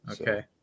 Okay